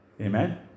Amen